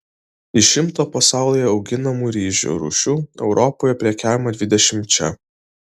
iš šimto pasaulyje auginamų ryžių rūšių europoje prekiaujama dvidešimčia